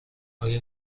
آیا